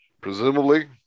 presumably